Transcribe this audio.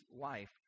life